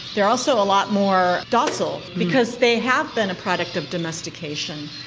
they are also a lot more docile because they have been a product of domestication.